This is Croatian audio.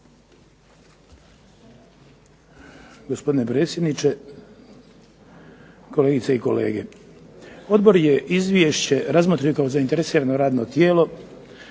Hvala.